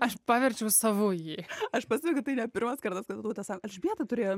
aš paverčiau savu jį aš pasakiau kad tai ne pirmas kartas kai rūta sako elžbieta turėjo